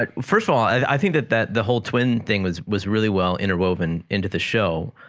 but first of all i think that that the whole twin thing was was really well inter woven into the show